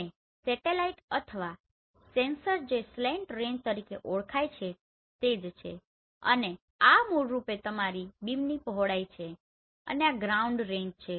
અને સેટેલાઇટ અથવા સેન્સર જે સ્લેંટ રેંજ તરીકે ઓળખાય છે તે જ છે અને આ મૂળ રૂપે તમારી બીમની પહોળાઈ છે અને આ ગ્રાઉન્ડ રેંજ છે